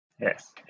Yes